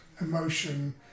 emotion